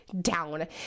down